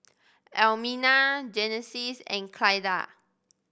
Almina Genesis and Clyda